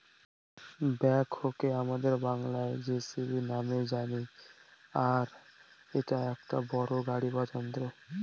ব্যাকহোকে আমাদের বাংলায় যেসিবি নামেই জানি আর এটা একটা বড়ো গাড়ি বা যন্ত্র